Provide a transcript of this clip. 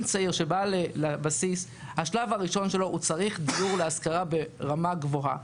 צעיר שבא לבסיס צריך בשלב הראשון דיור להשכרה ברמה גבוהה,